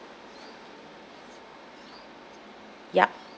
yup